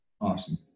Awesome